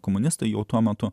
komunistai jau tuo metu